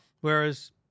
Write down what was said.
Whereas